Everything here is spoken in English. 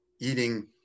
eating